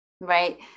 right